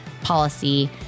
policy